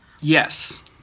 Yes